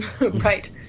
right